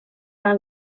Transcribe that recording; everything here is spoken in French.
dans